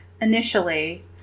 initially